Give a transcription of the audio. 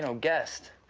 so guest.